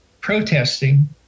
protesting